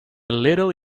little